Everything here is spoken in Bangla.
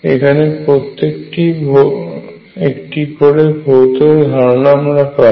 এখানে প্রত্যেকটির একটি ভৌত ধারণা আমরা পাই